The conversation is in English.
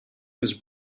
was